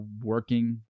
working